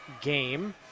game